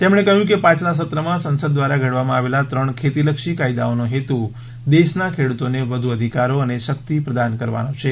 તેમણે કહ્યું કે પાછલા સત્રમાં સંસદ દ્વારા ઘડવામાં આવેલા ત્રણ ખેતીલક્ષી કાયદાઓનો હેતુ દેશના ખેડ઼તોને વધુ અધિકારો અને શક્તિ પ્રદાન કરવાનો છે